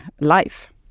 life